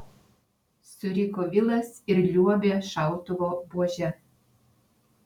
suriko vilas ir liuobė šautuvo buože